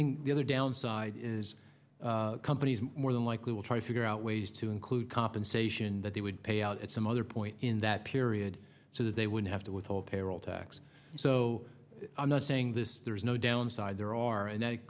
time the other downside is companies more than likely will try to figure out ways to include compensation that they would pay out at some other point in that period so that they would have to withhold payroll tax so i'm not saying this there is no downside there are and that